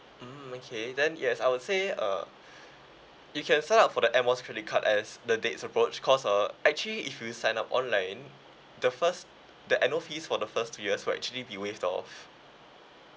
mm okay then yes I would say uh you can sign up for the air miles credit card as the dates approach cause uh actually if you sign up online the first the annual fees for the first two years will actually be waived off